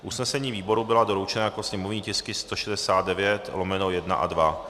Usnesení výboru byla doručena jako sněmovní tisky 169/1 a 2.